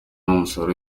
umusaruro